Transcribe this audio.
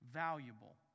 valuable